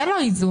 זה לא איזון,